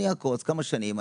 אני אעקוץ כמה שנים,